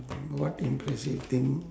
what impressive thing